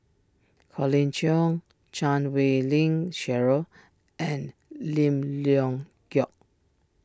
Colin Cheong Chan Wei Ling Cheryl and Lim Leong Geok